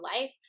life